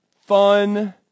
fun